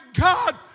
God